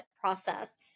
process